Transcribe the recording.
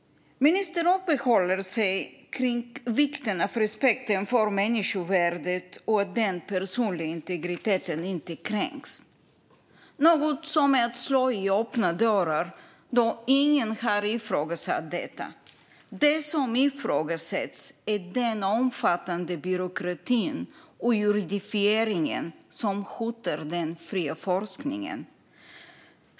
Ministern uppehåller sig kring vikten av respekten för människovärdet och av att den personliga integriteten inte kränks, vilket är att slå in öppna dörrar då ingen har ifrågasatt detta. Det som ifrågasätts är den omfattande byråkratin och juridifieringen som hotar den fria forskningen.